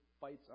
fights